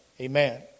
Amen